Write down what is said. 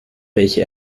welche